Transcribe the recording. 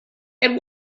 and